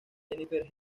jennifer